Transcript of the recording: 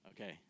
Okay